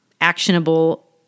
actionable